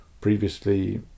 previously